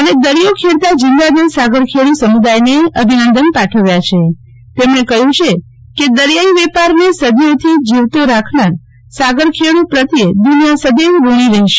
અને દરિયો ખેડતા જિંદાદિલ સાગરખેડું સમુદાયને અભિનંદન પાઠવ્યા છે તેમણે કહ્યું છે કે દરિયાઈ વેપાર ને સદીઓ થી જીવતો રાખનાર સાગરખેડું પ્રત્યે દુનિયા સદેવ ઋણી રહેશે